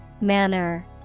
Manner